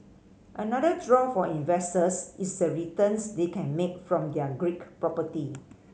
another draw for investors is the returns they can make from their Greek property